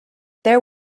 there